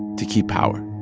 to keep power